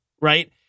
Right